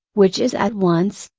which is at once,